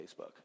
Facebook